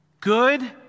Good